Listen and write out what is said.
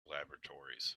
laboratories